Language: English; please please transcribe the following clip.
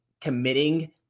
committing